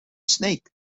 snake